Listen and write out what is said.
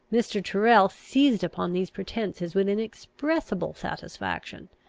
mr. tyrrel seized upon these pretences with inexpressible satisfaction.